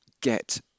get